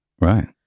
Right